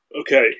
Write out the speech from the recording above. Okay